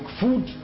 food